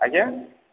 ଆଜ୍ଞା